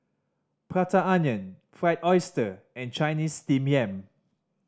Prata Onion Fried Oyster and Chinese Steamed Yam